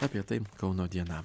apie tai kauno diena